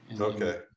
Okay